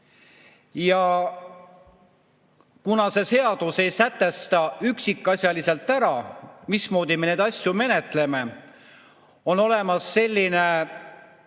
Kuna see seadus ei sätesta üksikasjaliselt ära, mismoodi me neid asju menetleme, on olemas selline